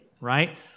right